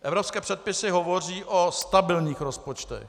Evropské předpisy hovoří o stabilních rozpočtech.